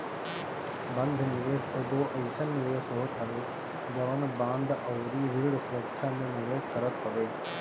बंध निवेश एगो अइसन निवेश होत हवे जवन बांड अउरी ऋण सुरक्षा में निवेश करत हवे